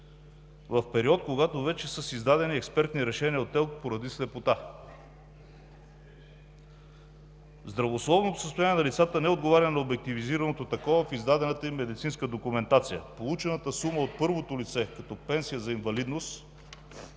в период, когато вече са с издадени експертни решения от ТЕЛК поради слепота. Здравословното състояние на лицата не отговаря на обективизираното такова в издадената им медицинска документация. Получената сума от първото лице, като пенсия за инвалидност,